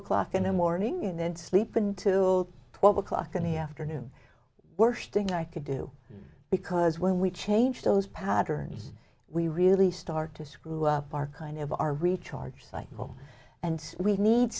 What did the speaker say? o'clock in the morning and then sleep until twelve o'clock in the afternoon worst thing i could do because when we change those patterns we really start to screw up our kind of our recharge cycle and we need